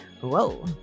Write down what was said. Whoa